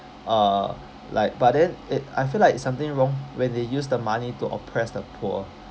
uh like but then it I feel like it's something wrong when they use the money to oppress the poor